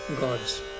Gods